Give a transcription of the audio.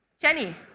Jenny